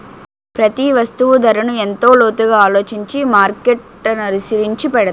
ప్రతి వస్తువు ధరను ఎంతో లోతుగా ఆలోచించి మార్కెట్ననుసరించి పెడతారు